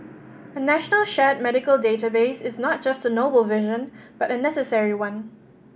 a national shared medical database is not just a noble vision but a necessary one